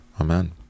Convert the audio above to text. Amen